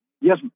Yes